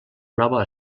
nova